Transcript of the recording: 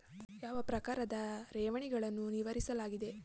ಯಾವ ಪ್ರಕಾರದ ಠೇವಣಿಗಳನ್ನು ವಿವರಿಸಲಾಗಿದೆ?